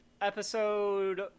episode